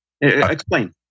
Explain